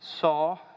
saw